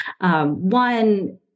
one